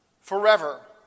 forever